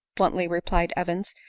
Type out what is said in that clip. bluntly replied evans,